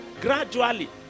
gradually